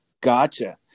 Gotcha